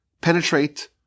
penetrate